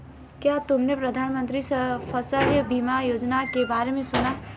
क्या तुमने प्रधानमंत्री फसल बीमा योजना के बारे में सुना?